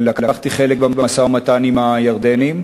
ולקחתי חלק במשא-ומתן עם הירדנים.